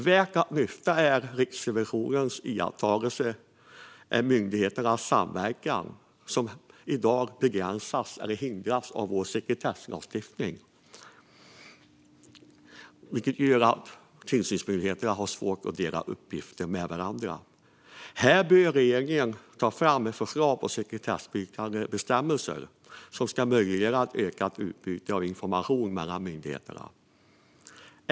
Värt att lyfta är Riksrevisionens iakttagelse att myndigheters samverkan begränsas eller hindras av vår sekretesslagstiftning, som gör att tillsynsmyndigheterna har svårt att dela uppgifter med varandra. Här bör regeringen ta fram förslag på sekretessbrytande bestämmelser som möjliggör ett ökat utbyte av information mellan myndigheterna.